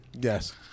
Yes